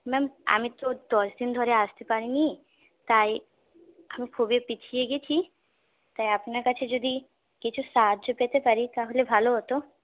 ma'am আমি তো দশদিন ধরে আসতে পারিনি তাই আমি খুবই পিছিয়ে গেছি তাই আপনার কাছে যদি কিছু সাহায্য পেতে পারি তাহলে ভালো হত